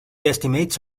estimates